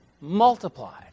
multiplied